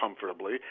comfortably